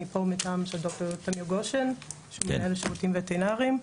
אני פה מטעם ד"ר תמיר גושן שהוא מנהל השירותים הווטרינרים.